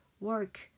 work